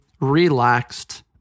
relaxed